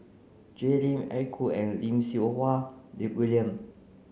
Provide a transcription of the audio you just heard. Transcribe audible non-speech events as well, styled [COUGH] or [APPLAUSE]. Jay Lim Eric Khoo and Lim Siew Wai [UNINTELLIGIBLE] William